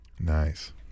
Nice